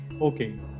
Okay